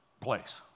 place